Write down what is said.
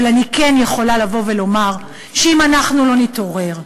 אבל אני כן יכולה לבוא ולומר שאם אנחנו לא נתעורר,